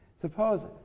suppose